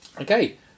Okay